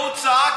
הוא צעק,